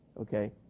Okay